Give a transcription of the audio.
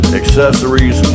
accessories